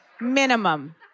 minimum